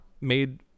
made